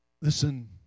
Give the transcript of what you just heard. Listen